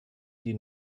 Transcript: die